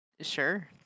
Sure